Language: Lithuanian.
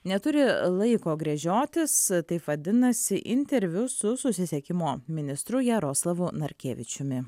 neturi laiko gręžiotis taip vadinasi interviu su susisiekimo ministru jaroslavu narkevičiumi